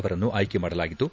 ಅವರನ್ತು ಆಯ್ಲಿ ಮಾಡಲಾಗಿದ್ದು